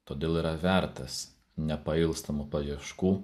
todėl yra vertas nepailstamų paieškų